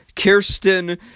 Kirsten